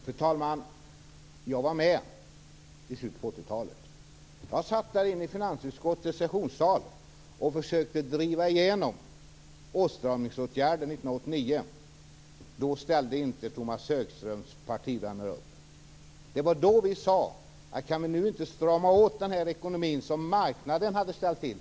Fru talman! Jag var med i slutet av 80-talet. Jag satt med i finansutskottets sessionssal och försökte driva 1989 igenom åstramningsåtgärder. Då ställde inte Tomas Högströms partivänner upp. Det var då vi talade om att strama åt den ekonomi som marknaden hade ställt till.